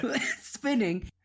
spinning